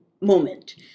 moment